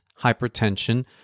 hypertension